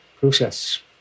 process